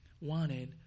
wanted